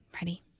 Ready